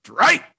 Right